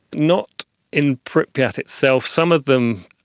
not in pripyat itself. some of them,